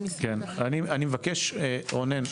אני מבקש רונן,